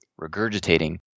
regurgitating